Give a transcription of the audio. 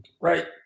right